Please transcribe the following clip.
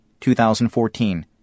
2014